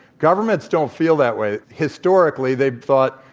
governments don't feel that way. historically, they've thought,